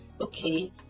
Okay